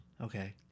Okay